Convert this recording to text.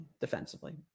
defensively